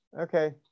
Okay